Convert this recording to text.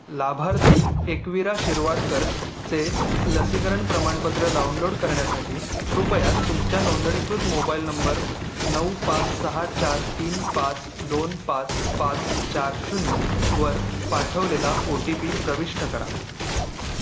लाभार्थी एकविरा शिरवाडकर चे लसीकरण प्रमाणपत्र डाउनलोड करण्यासाठी कृपया तुमच्या नोंदणीकृत मोबाईल नंबर नऊ पाच सहा चार तीन पाच दोन पाच पाच चार शून्य वर पाठवलेला ओ टी पी प्रविष्ट करा